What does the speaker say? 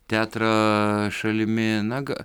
teatroo šalimi na ga